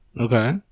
okay